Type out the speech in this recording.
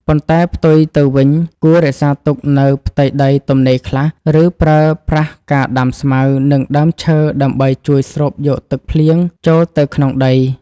ប៉ុន្តែផ្ទុយទៅវិញ គួររក្សាទុកនូវផ្ទៃដីទំនេរខ្លះ ឬប្រើប្រាស់ការដាំស្មៅ និងដើមឈើដើម្បីជួយស្រូបយកទឹកភ្លៀងចូលទៅក្នុងដី។